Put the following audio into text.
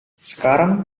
sekarang